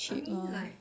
I mean like